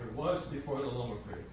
was before the loma